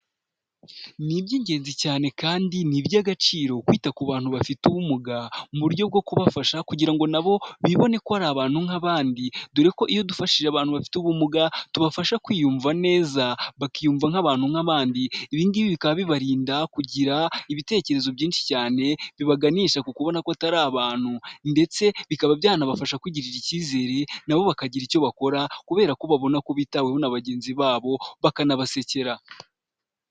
Ni iby'ingenzi cyane kandi ni iby'agaciro, kwita ku bantu bafite ubumuga, mu buryo bwo kubafasha kugira ngo na bo bibone ko ari abantu nk'abandi. Dore ko iyo dufashije abantu bafite ubumuga, tubafasha kwiyumva neza, bakiyumva nk'abantu nk'abandi. Ibi ngibi bikaba bibarinda kugira, ibitekerezo byinshi cyane, bibaganisha ku kubona ko atari abantu; ndetse bikaba byanabafasha kwigirira icyizere, na bo bakagira icyo bakora, kubera ko babona bitaweho na bagenzi babo, bakanabasekera.